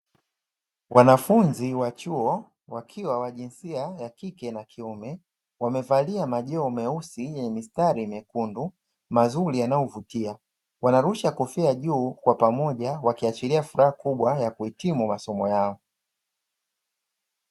Wanafunzi wa chuo wakiwa wa jinsia ya kike na kiume, wamevalia majoho meusi yenye mistari nyekundu mazuri yanayovutia, wanarusha kofia juu kwa pamoja wakiachilia furaha kubwa ya kuhitimu masomo yao.